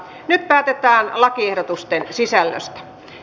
nyt päätetään lakiehdotusten sisällöstä